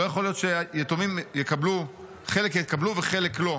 לא יכול להיות שחלק מהיתומים יקבלו וחלק לא.